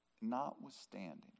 Notwithstanding